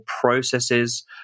processes